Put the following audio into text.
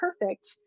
perfect